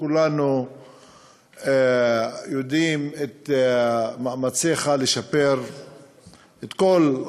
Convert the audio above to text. כולנו יודעים את מאמציך לשפר את כל,